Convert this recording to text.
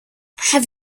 have